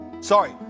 Sorry